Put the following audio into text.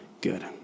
good